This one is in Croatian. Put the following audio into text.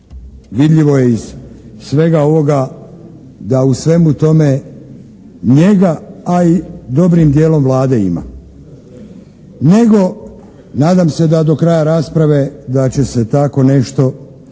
Vidljivo je iz svega ovoga da u svemu tome njega, a i dobrim dijelom Vlade ima. Nego nadam se da do kraja rasprave da će se tako nešto i desiti.